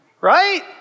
Right